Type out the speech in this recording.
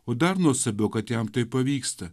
o dar nuostabiau kad jam tai pavyksta